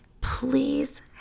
please